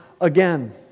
again